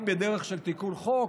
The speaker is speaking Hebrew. אם בדרך של תיקון חוק,